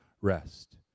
rest